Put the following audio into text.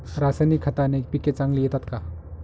रासायनिक खताने पिके चांगली येतात का?